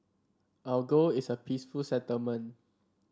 our goal is a peaceful settlement